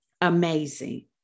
amazing